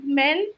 men